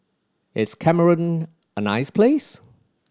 is Cameroon a nice place